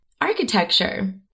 architecture